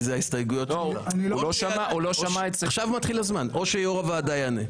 או שיושב ראש הוועדה יענה.